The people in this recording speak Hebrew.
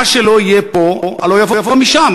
מה שלא יהיה פה הלוא יבוא משם,